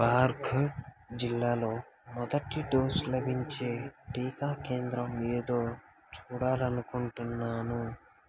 బార్ఖు జిల్లాలో మొదటి డోసు లభించే టీకా కేంద్రం ఏదో చూడాలనుకుంటున్నాను